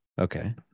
Okay